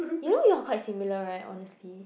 you know you're quite similar right honestly